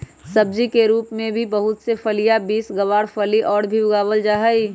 सब्जी के रूप में भी बहुत से फलियां, बींस, गवारफली और सब भी उगावल जाहई